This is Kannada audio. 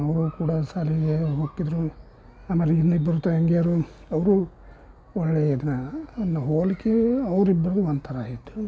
ಅವರು ಕೂಡ ಶಾಲೆಗೆ ಹೋಗ್ತಿದ್ದರು ಆಮೇಲೆ ಇನ್ನೂ ಇಬ್ಬರು ತಂಗಿಯರು ಅವರು ಒಳ್ಳೆಯ ಇದನ್ನ ಹೋಲಿಕೆ ಅವರಿಬ್ರು ಒಂಥರ ಇದ್ದರು